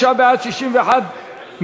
59 בעד, 61 מתנגדים.